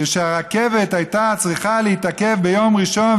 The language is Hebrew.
כשהרכבת הייתה צריכה להתעכב ביום ראשון